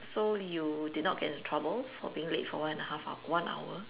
so you did not get into trouble for being late for one and half h~ one hour